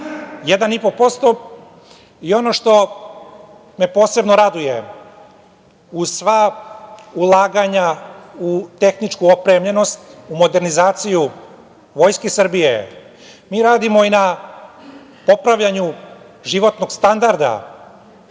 1,5% i ono što me posebno raduje uz sva ulaganja u tehničku opremljenost, u modernizaciju Vojske Srbije, mi radimo i na popravljanju životnog standarda